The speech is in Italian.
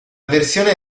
versione